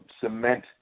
cement